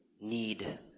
need